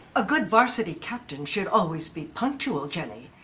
a good varsity captain should always be punctual, jenny,